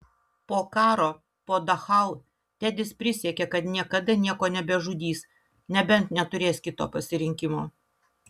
po karo po dachau tedis prisiekė kad niekada nieko nebežudys nebent neturės kito pasirinkimo